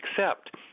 accept